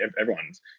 everyone's